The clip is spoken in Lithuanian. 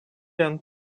ant